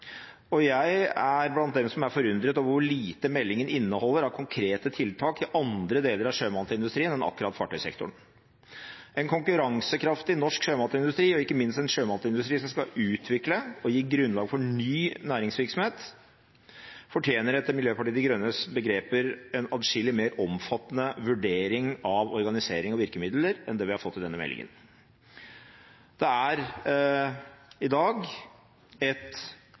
og jeg er blant dem som er forundret over hvor lite meldingen inneholder av konkrete tiltak i andre deler av sjømatindustrien enn akkurat fartøysektoren. En konkurransekraftig norsk sjømatindustri, og ikke minst en sjømatindustri som skal utvikle og gi grunnlag for ny næringsvirksomhet, fortjener etter Miljøpartiet De Grønnes begreper en atskillig mer omfattende vurdering av organisering og virkemidler enn det vi har fått i denne meldingen. Det er i dag et